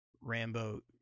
Rambo